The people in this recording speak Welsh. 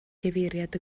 gyfeiriad